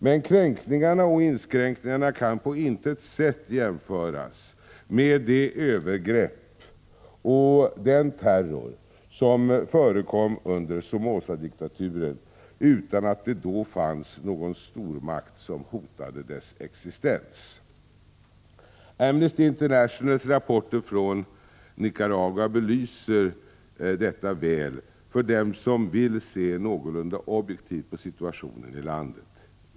Men kränkningarna och inskränkningarna kan på intet sätt jämföras med de övergrepp och den terror som förekom under Somozadiktaturen utan att det då fanns någon stormakt som hotade dess existens. Amnesty Internationals rapporter från Nicaragua belyser detta väl för den som vill se någorlunda objektivt på situationen i landet.